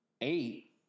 Eight